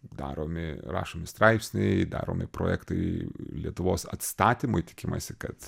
daromi rašomi straipsniai daromi projektai lietuvos atstatymui tikimasi kad